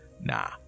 Nah